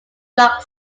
blog